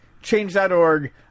Change.org